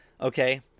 Okay